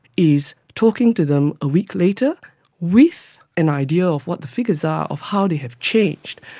is talking to them a week later with an idea of what the figures are, of how they have changed.